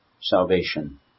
salvation